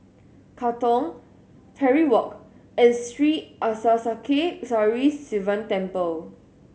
Katong Parry Walk and Sri Arasakesari Sivan Temple